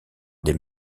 des